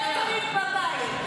לך תריב בבית.